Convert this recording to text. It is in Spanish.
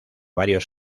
varios